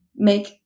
make